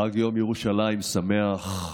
חג יום ירושלים שמח.